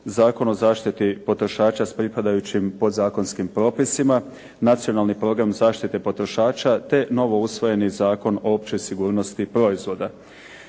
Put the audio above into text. Zakon o zaštiti potrošača s pripadajućim podzakonskim propisima, Nacionalni program zaštite potrošača, te novousvojeni Zakon o općoj sigurnosti proizvoda.